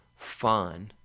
fun